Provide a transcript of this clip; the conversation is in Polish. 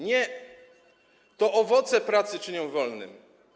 Nie, to owoce pracy czynią wolnym.